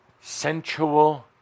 sensual